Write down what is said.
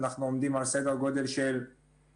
אנחנו עומדים על סדר גודל של כ-18%-19%